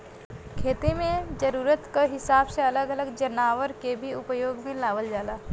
खेती में जरूरत क हिसाब से अलग अलग जनावर के भी उपयोग में लावल जाला